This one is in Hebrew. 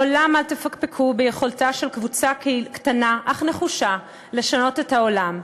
לעולם אל תפקפקו ביכולתה של קבוצה קטנה אך נחושה לשנות את העולם,